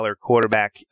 quarterback